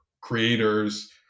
creators